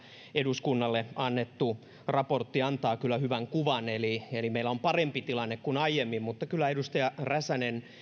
eduskunnalle annettu raportti antaa kyllä hyvän kuvan eli meillä on parempi tilanne kuin aiemmin mutta kyllä edustaja räsänen